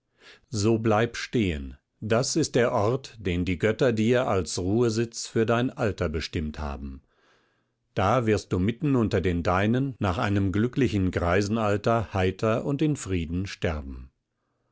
so bleib stehen das ist der ort den die götter dir als ruhesitz für dein alter bestimmt haben da wirst du mitten unter den deinen nach einem glücklichen greisenalter heiter und in frieden sterben